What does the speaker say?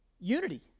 Unity